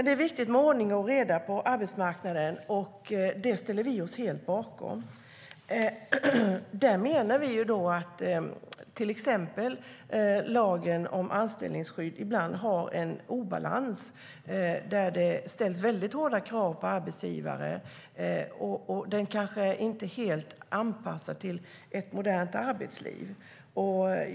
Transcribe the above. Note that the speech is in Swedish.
Det är viktigt med ordning och reda på arbetsmarknaden, och det ställer vi oss helt bakom. Vi menar att till exempel lagen om anställningsskydd ibland har en obalans där det ställs hårda krav på arbetsgivare. Lagen är kanske inte helt anpassad till ett modernt arbetsliv.